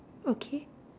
okay